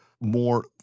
more